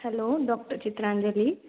hello doctor Chitranjali